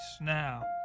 now